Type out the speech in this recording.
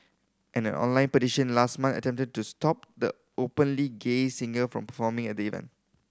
an online petition last month attempted to stop the openly gay singer from performing at the event